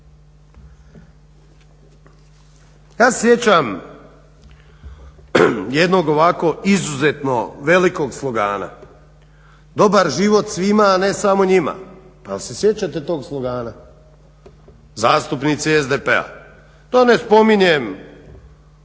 Ja se sjećam jednog ovako izuzetno velikog slogana – dobar život svima, a ne samo njima. Dal' se sjećate tog slogana zastupnici SDP-a? Da ne spominjem